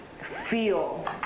feel